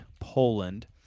Poland